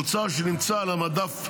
מוצר שנמצא על המדף בברלין,